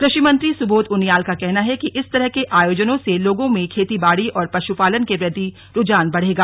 कृषि मंत्री सुबोध उनियाल का कहना है कि इस तरह के आयोजनों से लोगों में खेतीबाड़ी और पशुपालन के प्रति रुझान बढ़ेगा